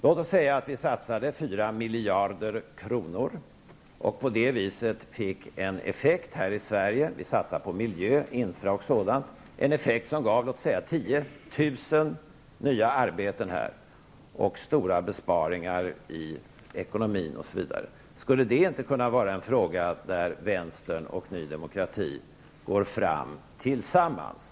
Låt oss säga att man skulle satsa 4 miljarder kronor på miljö och infrastruktur och på det viset fick en effekt här i Sverige som gav ungefär 10 000 nya arbeten här och stora besparingar i ekonomin osv. Skulle det inte kunna vara en fråga där vänstern och Ny Demokrati går fram tillsammans?